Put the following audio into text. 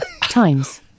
times